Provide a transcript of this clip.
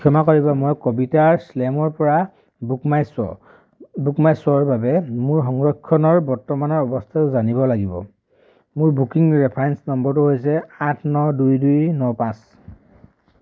ক্ষমা কৰিব মই কবিতা শ্লেমৰপৰা বুকমাইশ্ব'ৰ বুকমাইশ্ব'ৰ বাবে মোৰ সংৰক্ষণৰ বৰ্তমানৰ অৱস্থাটো জানিব লাগিব মোৰ বুকিং ৰেফাৰেন্স নম্বৰটো হৈছে আঠ ন দুই দুই ন পাঁচ